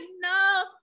No